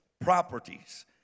properties